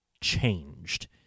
changed